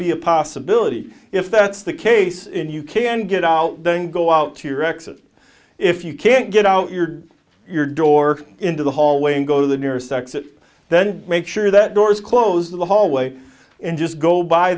be a possibility if that's the case and you can get out then go out to your exit if you can't get out your your door into the hallway and go to the nearest exit then make sure that door's closed in the hallway and just go by